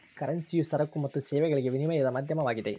ಕರೆನ್ಸಿಯು ಸರಕು ಮತ್ತು ಸೇವೆಗಳಿಗೆ ವಿನಿಮಯದ ಮಾಧ್ಯಮವಾಗಿದೆ